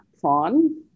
prawn